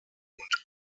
und